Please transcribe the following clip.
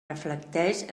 reflecteix